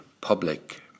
public